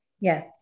yes